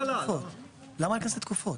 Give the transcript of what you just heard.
למה להיכנס לתקופות?